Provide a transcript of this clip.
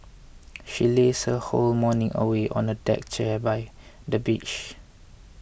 she lazed her whole morning away on the deck chair by the beach